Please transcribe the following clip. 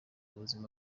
buzima